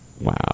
Wow